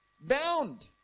Bound